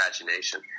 imagination